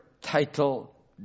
title